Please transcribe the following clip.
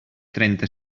trenta